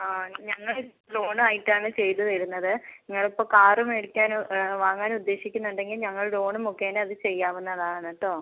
ആ ഞങ്ങള് ലോണായിട്ടാണ് ചെയ്ത് തരുന്നത് നിങ്ങളിപ്പോൾ കാറ് മേടിക്കാനോ വാങ്ങാൻ ഉദ്ദേശിക്കുന്നുണ്ടെങ്കിൽ ഞങ്ങള് ലോണ് മുഖേന അത് ചെയ്യാവുന്നതാണ് കേട്ടോ